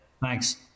Thanks